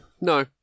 No